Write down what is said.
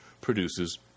produces